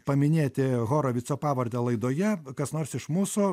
paminėti horovico pavardę laidoje kas nors iš mūsų